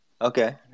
Okay